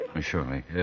Surely